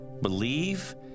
believe